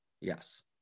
Yes